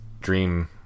dream